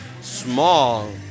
small